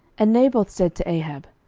and naboth said to ahab,